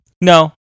No